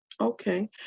Okay